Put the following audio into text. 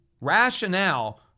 rationale